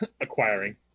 Acquiring